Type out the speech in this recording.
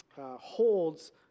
holds